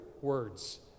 words